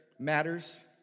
matters